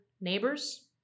neighbors